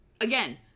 Again